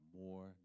more